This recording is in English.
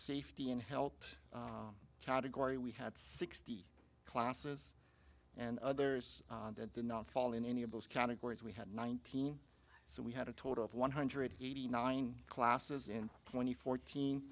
safety and health category we had sixty classes and others that did not fall in any of those categories we had nineteen so we had a total of one hundred eighty nine classes in twenty fourteen